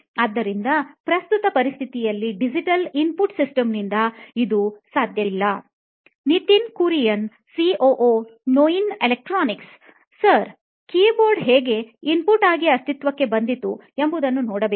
ಆದ್ದರಿಂದ ಪ್ರಸ್ತುತ ಪರಿಸ್ಥಿತಿಯಲ್ಲಿ ಡಿಜಿಟಲ್ ಇನ್ಪುಟ್ ಸಿಸ್ಟಮ್ ನಿಂದ ಇದು ಸಾಧ್ಯವಿಲ್ಲ ನಿತಿನ್ ಕುರಿಯನ್ ಸಿಒಒ ನೋಯಿನ್ ಎಲೆಕ್ಟ್ರಾನಿಕ್ಸ್ ಮತ್ತು ಸರ್ ಕೀಬೋರ್ಡ್ ಹೇಗೆ ಇನ್ಪುಟ್ ಆಗಿ ಅಸ್ತಿತ್ವಕ್ಕೆ ಬಂದಿತು ಎಂಬುದನ್ನು ನೋಡಬೇಕು